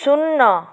ଶୂନ